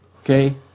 Okay